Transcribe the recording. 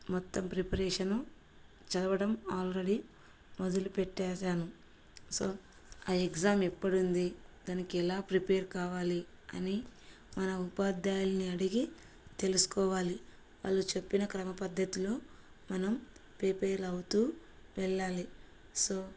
మొత్తం ప్రిపరేషను చదవడం ఆల్రెడీ మొదలు పెట్టేసాను సో ఆ ఎగ్జామ్ ఎప్పుడుంది దానికి ఎలా ప్రిపేర్ కావాలి అని మన ఉపాధ్యాయుల్ని అడిగి తెలుసుకోవాలి వాళ్ళు చెప్పిన క్రమ పద్ధతిలో మనం ప్రిపేర్ అవుతూ వెళ్ళాలి సో